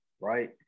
right